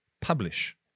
publish